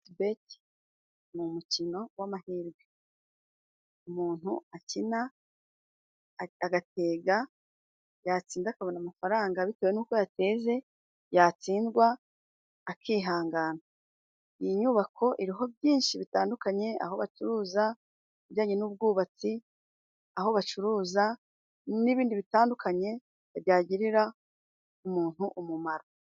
Bete ni umukino w'amahirwe umuntu akina agatega yatsinda akabona amafaranga bitewe n'uko yateze, yatsindwa akihangana. Iyi nyubako iriho byinshi bitandukanye, aho bacuruza ibijyanye n'ubwubatsi, aho bacuruza n'ibindi bitandukanye byagirira umuntu umumaro.